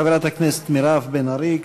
חברת הכנסת מירב בן ארי,